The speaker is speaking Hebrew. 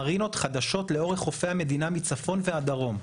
מרינות חדשות לאורך חופי המדינה מצפון ועד דרום,